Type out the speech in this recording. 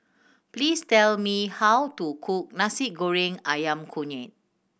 please tell me how to cook Nasi Goreng Ayam Kunyit